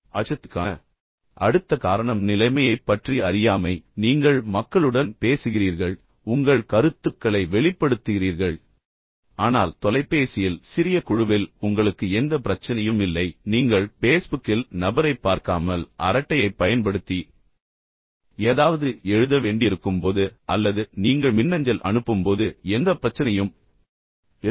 அச்சத்திற்கான அடுத்த காரணம் நிலைமையைப் பற்றி அறியாமை நீங்கள் மக்களுடன் பேசுகிறீர்கள் உங்கள் கருத்துக்களை வெளிப்படுத்துகிறீர்கள் ஆனால் தொலைபேசியில் சிறிய குழுவில் உங்களுக்கு எந்த பிரச்சனையும் இல்லை நீங்கள் பேஸ்புக்கில் நபரைப் பார்க்காமல் அரட்டையைப் பயன்படுத்தி ஏதாவது எழுத வேண்டியிருக்கும் போது அல்லது நீங்கள் மின்னஞ்சல் அனுப்பும் போது எந்த பிரச்சனையும் இல்லை